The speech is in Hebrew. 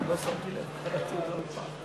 מאיפה יביאו את הכסף?